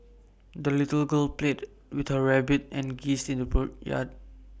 the little girl played with her rabbit and geese in the yard